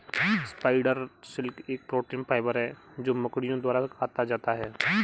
spider silk एक protein fibre है जो मकड़ियों द्वारा काता जाता है